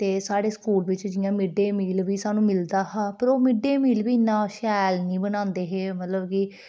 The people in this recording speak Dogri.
ते साढ़े स्कूल बिच्च जियां मिड डे मील बी सानू मिलदा हा पर ओह् मिड डे मील बी इन्ना शैल निं बनांदे हे मतलब कि